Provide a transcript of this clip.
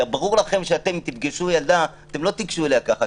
כי ברור לכם שכשאתם תפגשו ילדה אתם לא תיגשו אליה ככה,